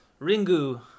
Ringu